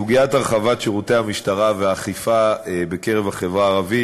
סוגיית הרחבת שירותי המשטרה והאכיפה בקרב החברה הערבית